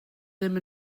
ddim